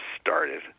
started